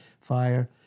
fire